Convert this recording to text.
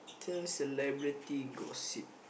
sell celebrity gossip